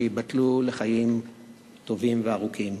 שייבדלו לחיים טובים וארוכים.